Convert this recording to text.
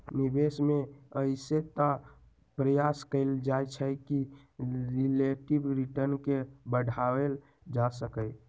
निवेश में अइसे तऽ प्रयास कएल जाइ छइ कि रिलेटिव रिटर्न के बढ़ायल जा सकइ